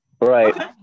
Right